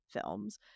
films